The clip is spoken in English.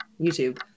YouTube